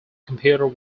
computer